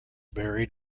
buried